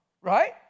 right